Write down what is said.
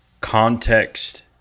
context